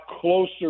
closer